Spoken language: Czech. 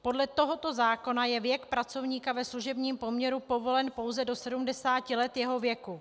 Podle tohoto zákona je věk pracovníka ve služebním poměru povolen pouze do 70 let jeho věku.